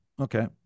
Okay